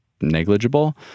negligible